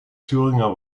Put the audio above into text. thüringer